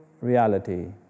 reality